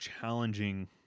challenging